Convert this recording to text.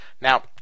Now